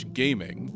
gaming